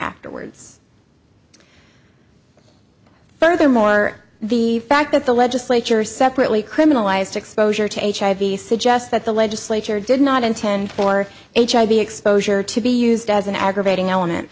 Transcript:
afterwards furthermore the fact that the legislature separately criminalized exposure to hiv suggests that the legislature did not intend for hiv exposure to be used as an aggravating element